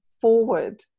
forward